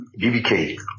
BBK